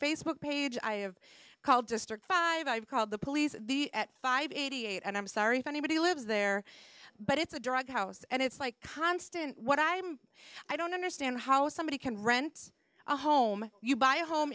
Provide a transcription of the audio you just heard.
facebook page i have called district five i've called the police the at five eighty eight and i'm sorry for anybody who lives there but it's a drug house and it's like constant what i am i don't understand how somebody can rent a home you buy a home